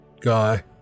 Guy